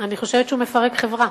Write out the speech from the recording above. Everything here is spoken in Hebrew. אני חושבת שהוא מפרק חברה.